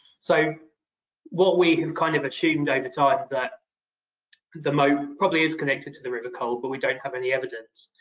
so what we have kind of assumed over time, that the moat probably is connected to the river cole, but we don't have any evidence.